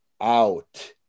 out